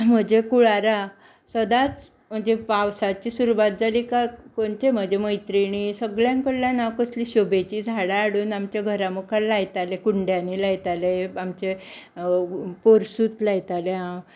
म्हज्या कुळारा सदांच म्हणजे पावसाची सुरवात जाली काय खंयचे म्हजे मैत्रिणी सगळ्यां कडल्यान हांव कसली शोभेची झाडां हाडून आमच्या घरा मुखार लायताले कुंड्यांनी लायतालें आमचें पोरसुंत लायतालें हांव